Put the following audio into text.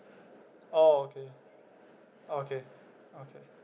oh okay okay okay